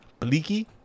bleaky